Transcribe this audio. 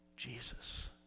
Jesus